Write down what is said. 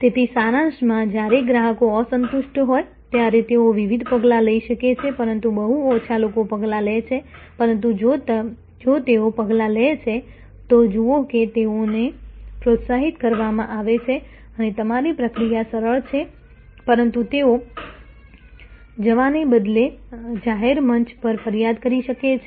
તેથી સારાંશમાં જ્યારે ગ્રાહકો અસંતુષ્ટ હોય ત્યારે તેઓ વિવિધ પગલાં લઈ શકે છે પરંતુ બહુ ઓછા લોકો પગલાં લે છે પરંતુ જો તેઓ પગલાં લે છે તો જુઓ કે તેઓને પ્રોત્સાહિત કરવામાં આવે છે અને તમારી પ્રક્રિયા સરળ છે પરંતુ તેઓ જવાને બદલે જાહેર મંચ પર ફરિયાદ કરી શકે છે